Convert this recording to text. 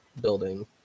building